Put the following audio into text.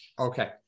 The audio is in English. Okay